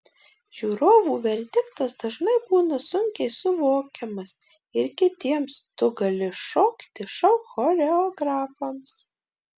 žiūrovų verdiktas dažnai būna sunkiai suvokiamas ir kitiems tu gali šokti šou choreografams